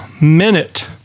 minute